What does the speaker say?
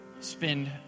spend